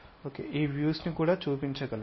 మనం ఈ వ్యూస్ ను కూడా చూపించగలము